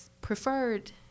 preferred